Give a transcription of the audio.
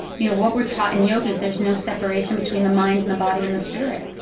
you know, what we are taught in yoga is there's no separation between the mind and the body and the spirit,